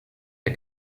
der